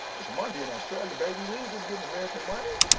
it's monday in australia baby. we're just getting american money.